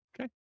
okay